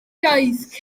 iaith